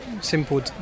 simple